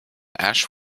ash